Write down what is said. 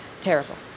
Terrible